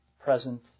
present